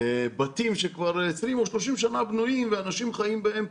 בתים שכבר 20 או 30 שנים בנויים ואנשים חיים בהם,